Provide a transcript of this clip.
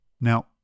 Now